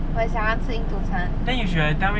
我也想要吃印度餐